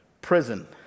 Prison